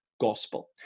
gospel